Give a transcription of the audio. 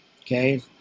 okay